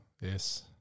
Yes